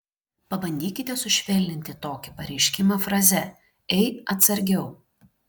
pabandykite sušvelninti tokį pareiškimą fraze ei atsargiau